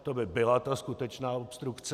To by byla ta skutečná obstrukce.